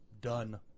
done